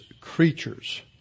creatures